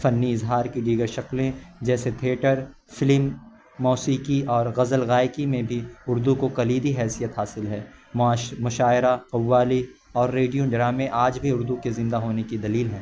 فنی اظہار کی دیگر شکلیں جیسے تئیٹر فلم موسیقی اور غزل گائکی میں بھی اردو کو کلیدی حیثیت حاصل ہے معاش مشاعرہ قوالی اور ریڈیو ڈرامے آج بھی اردو کے زندہ ہونے کی دلیل ہیں